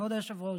כבוד היושב-ראש,